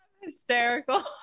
Hysterical